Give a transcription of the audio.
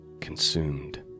consumed